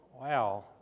wow